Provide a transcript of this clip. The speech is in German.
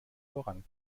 voran